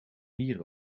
mier